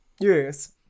Yes